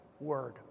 word